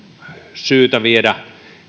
syytä viedä